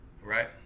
Right